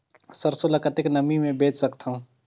सरसो ल कतेक नमी मे बेच सकथव?